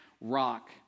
rock